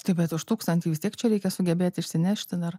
taip bet už tūkstantį vis tiek čia reikia sugebėt išsinešti dar